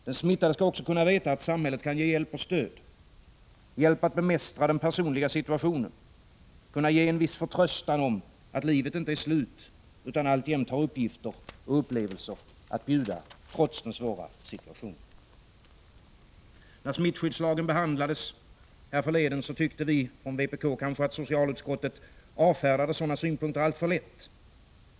Den smittade skall också kunna veta att samhället kan ge hjälp 4 april 1986 och stöd — ge hjälp att bemästra den personliga situationen, ge en viss förtröstan om att livet inte är slut utan alltjämt, trots den svåra situationen, har uppgifter och upplevelser att bjuda. När smittskyddslagen behandlades härförleden tyckte vi från vpk att socialutskottet avfärdade sådana synpunkter alltför lätt.